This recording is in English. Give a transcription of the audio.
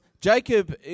Jacob